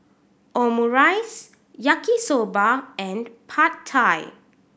Omurice Yaki Soba and Pad Thai